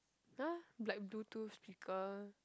!huh! like Bluetooth speaker